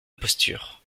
posture